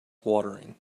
watering